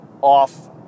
off